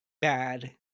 bad